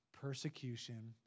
persecution